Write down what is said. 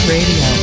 Radio